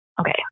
okay